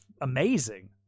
amazing